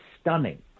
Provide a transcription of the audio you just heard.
stunning